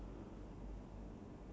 okay so that's the difference